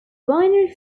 binary